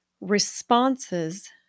responses